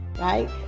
right